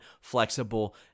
flexible